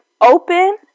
open